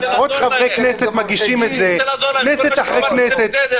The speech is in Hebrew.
עשרות חברי כנסת מגישים את זה כנסת אחרי כנסת,